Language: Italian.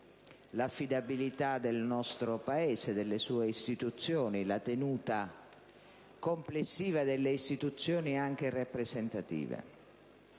l'affidabilità del nostro Paese e delle sue istituzioni, nonché la tenuta complessiva delle istituzioni, anche rappresentative.